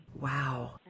Wow